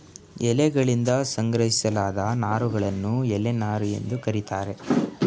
ಎಲೆಯಗಳಿಂದ ಸಂಗ್ರಹಿಸಲಾದ ನಾರುಗಳನ್ನು ಎಲೆ ನಾರು ಎಂದು ಕರೀತಾರೆ